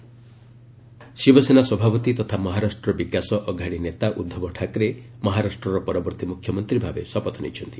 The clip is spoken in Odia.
ମହାରାଷ୍ଟ୍ର ସୁୟରିଂ ଇନ୍ ଶିବସେନା ସଭାପତି ତଥା ମହାରାଷ୍ଟ୍ର ବିକାଶ ଅଘାଡ଼ି ନେତା ଉଦ୍ଧବ ଠାକରେ ମହାରାଷ୍ଟ୍ରର ପରବର୍ତ୍ତୀ ମୁଖ୍ୟମନ୍ତ୍ରୀ ଭାବେ ଶପଥ ନେଇଛନ୍ତି